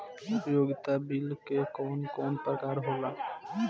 उपयोगिता बिल के कवन कवन प्रकार होला?